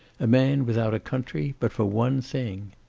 a man without a country but for one thing.